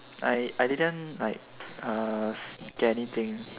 I I didn't like uh get anything